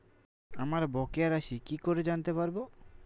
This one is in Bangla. আমার বকেয়া রাশি কি করে জানতে পারবো?